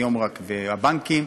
הבנקים,